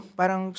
parang